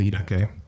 Okay